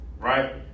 right